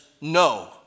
no